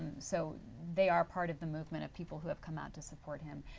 so they are part of the movement of people who have come out to support him.